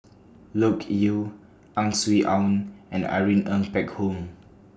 Loke Yew Ang Swee Aun and Irene Ng Phek Hoong